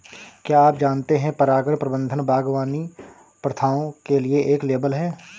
क्या आप जानते है परागण प्रबंधन बागवानी प्रथाओं के लिए एक लेबल है?